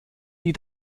die